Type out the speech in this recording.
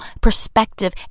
perspective